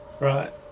Right